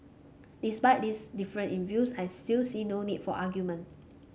despite this difference in views I still see no need for argument